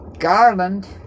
Garland